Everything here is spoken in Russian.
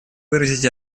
выразить